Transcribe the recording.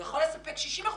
הוא יכול לספק 60 אחוזי,